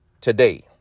today